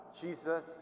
Jesus